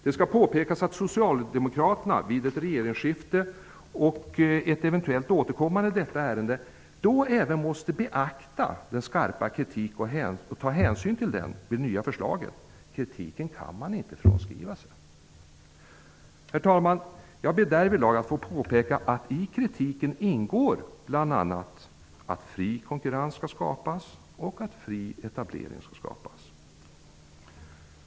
Det skall påpekas att Socialdemokraterna vid ett regeringsskifte och ett eventuellt återkommande i detta ärende, måste beakta den skarpa kritiken och ta hänsyn till den i samband med det nya förslaget. Kritiken kan man inte friskriva sig från. Herr talman! Jag ber härvidlag att få påpeka att i kritiken ingår bl.a. att fri konkurrens och därmed fri etablering skall skapas.